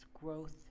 growth